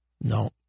No